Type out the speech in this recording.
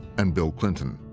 and bill clinton.